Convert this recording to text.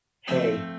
Hey